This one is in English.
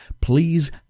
please